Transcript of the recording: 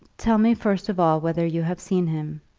tell me first of all whether you have seen him.